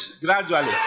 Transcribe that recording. gradually